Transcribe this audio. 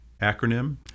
acronym